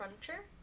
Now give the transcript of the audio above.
furniture